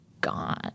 gone